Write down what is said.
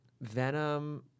Venom